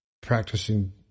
practicing